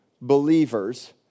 believers